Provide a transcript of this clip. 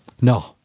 No